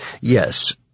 Yes